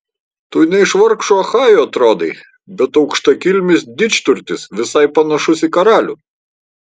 tu ne iš vargšų achajų atrodai bet aukštakilmis didžturtis visai panašus į karalių